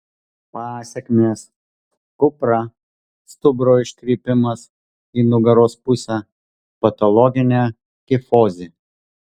pasekmės kupra stuburo iškrypimas į nugaros pusę patologinė kifozė